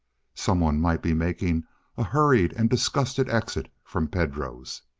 someone might be making a hurried and disgusted exit from pedro's.